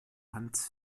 hans